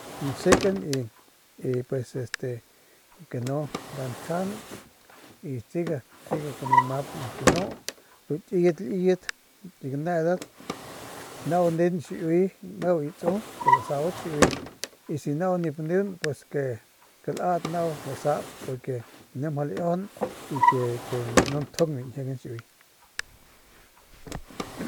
Nsekan y y pues este que no nda ntsjajanat y siga neu map ganu ru ki kiyat liyetki ganedat nau neun xiiuy y si nau nip neung pues ke laat nau lasap porque ni mjau laiajaun ke no njung biu ñjiegan xiiuy.